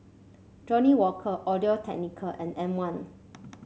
Johnnie Walker Audio Technica and M one